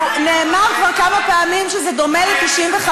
מה יהיה, נאמר כבר כמה פעמים שזה דומה ל-1995.